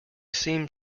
seemed